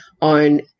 on